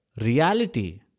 reality